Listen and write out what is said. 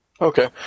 Okay